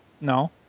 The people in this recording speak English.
no